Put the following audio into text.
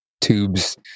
Tubes